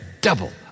double